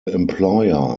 employer